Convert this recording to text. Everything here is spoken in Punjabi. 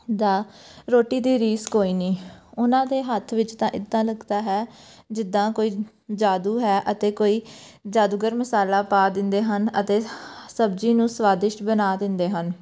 ਦਾ ਰੋਟੀ ਦੀ ਰੀਸ ਕੋਈ ਨਹੀਂ ਉਹਨਾਂ ਦੇ ਹੱਥ ਵਿੱਚ ਤਾਂ ਇੱਦਾਂ ਲੱਗਦਾ ਹੈ ਜਿੱਦਾਂ ਕੋਈ ਜਾਦੂ ਹੈ ਅਤੇ ਕੋਈ ਜਾਦੂਗਰ ਮਸਾਲਾ ਪਾ ਦਿੰਦੇ ਹਨ ਅਤੇ ਸਬਜ਼ੀ ਨੂੰ ਸਵਾਦਿਸ਼ਟ ਬਣਾ ਦਿੰਦੇ ਹਨ